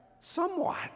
somewhat